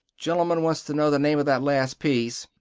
gentleman wants to know the name of that last piece.